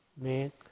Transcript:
make